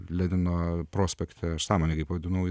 lenino prospekte aš sąmoningai pavadinau